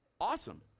awesome